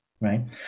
right